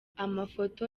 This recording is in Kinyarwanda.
amafoto